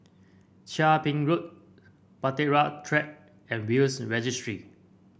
Chia Ping Road Bahtera Track and Will's Registry